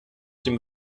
dem